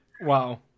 Wow